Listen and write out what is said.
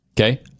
Okay